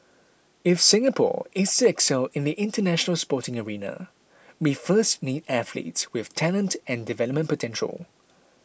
if Singapore is excel in the International Sporting arena we first need athletes with talent and development potential